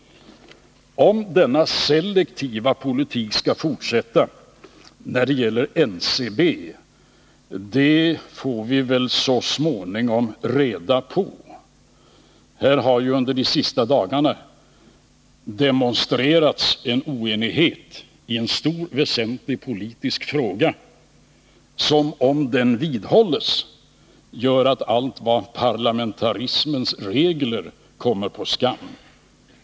Om denna selektiva politik skall fortsätta eller inte när det gäller NCB får vi väl så småningom reda på. Här har ju under de senaste dagarna demonstrerats en oenighet i en väsentlig politisk fråga som, om ståndpunkten vidhålls, gör att allt vad parlamentarismens regler heter kommer på skam.